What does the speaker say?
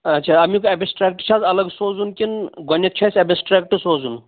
اچھا اَمیُک ایبیسٹرٛیکٹہٕ چھا حظ اَلگ سوٚزُن کِنہٕ گۄڈنیٚتھ چھَ اسہِ ایبَسٹرٛیکٹہٕ سوزُن